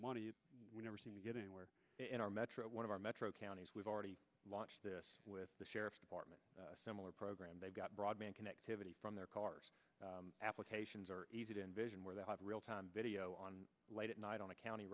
money we never seem to get anywhere in our metro one of our metro counties we've already launched with the sheriff's department similar program they've got broadband connectivity from their cars applications are easy to envision where they have real time video on late at night on a county